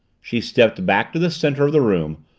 she stepped back to the center of the room,